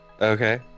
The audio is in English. Okay